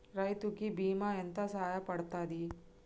రైతు కి బీమా ఎంత సాయపడ్తది?